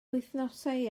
wythnosau